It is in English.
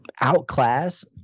outclass